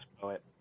poet